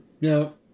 no